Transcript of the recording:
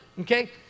Okay